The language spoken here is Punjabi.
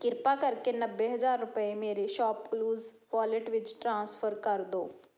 ਕਿਰਪਾ ਕਰਕੇ ਨੱਬੇ ਹਜ਼ਾਰ ਰੁਪਏ ਮੇਰੇ ਸ਼ੌਪਕਲੂਜ਼ ਵਾਲੇਟ ਵਿੱਚ ਟ੍ਰਾਂਸਫਰ ਕਰ ਦਿਓ